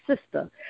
sister